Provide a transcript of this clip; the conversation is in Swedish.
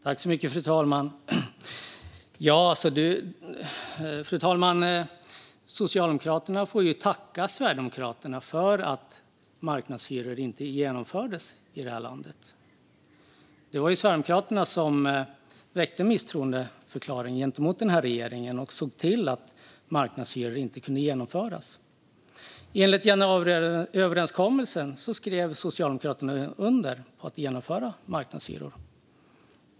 Fru talman! Socialdemokraterna får tacka Sverigedemokraterna för att marknadshyror inte genomfördes i detta land. Det var Sverigedemokraterna som väckte misstroendeförklaring gentemot regeringen och såg till att marknadshyror inte kunde genomföras. I januariöverenskommelsen skrev Socialdemokraterna under på att genomföra marknadshyror.